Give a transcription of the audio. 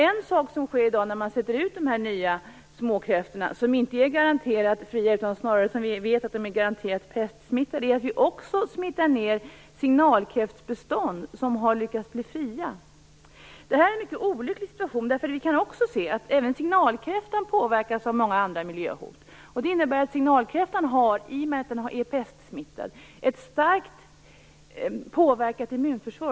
En sak som sker i dag när man sätter ut de nya småkräftorna, vilka inte är garanterat pestfria utan snarare garanterat pestsmittade, är att vi också smittar ned signalkräftbestånd som har lyckats bli fria. Det är en mycket olycklig situation. Vi kan se att även signalkräftan påverkas av många andra miljöhot. Det innebär att signalkräftan, i och med att den är pestsmittad, har ett starkt påverkat immunförsvar.